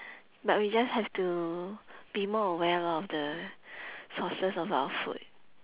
but we just have to be more aware lor of the sources of our food